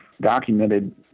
documented